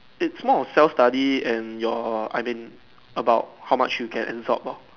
it's more a self study and your I mean about how much you can absorb lor